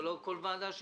כל ועדה שהיא,